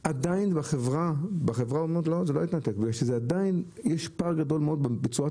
מפני שעדיין בחברה יש פער גדול מאוד בצורת